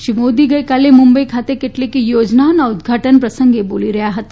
શ્રી મોટી ગઇકાલે મુંબઇ ખાતે કેટલીક યોજનાઓનાં ઉદ્ઘાટન પ્રસંગે બોલી રહ્યા હતા